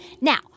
Now